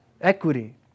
equity